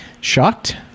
Shocked